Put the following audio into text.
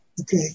Okay